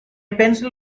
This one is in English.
pencil